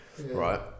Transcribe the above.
right